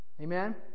Amen